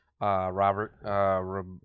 Robert